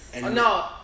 No